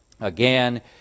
again